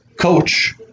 coach